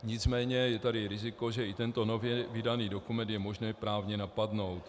Nicméně je tady riziko, že i tento nově vydaný dokument je možno právně napadnout.